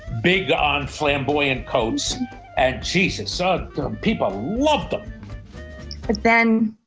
big on flamboyant codes and jesus, so people loved him! but then,